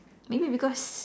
maybe because